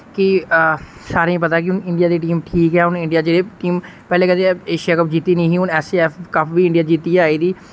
की सारें पता कि हुन इंडिया दी टीम ठीक ऐ हुन इंडिया जेह्ड़े कि पैह्ले कदे एशिया कप जित्ती नि ही हुन एस ई एफ कप वि इंडिया जित्ती आई दी